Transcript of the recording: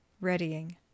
readying